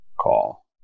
call